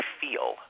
feel